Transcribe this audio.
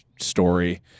story